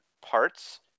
parts